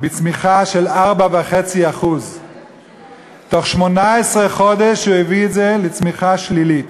בצמיחה של 4.5%. בתוך 18 חודש הוא הביא אותו לצמיחה שלילית.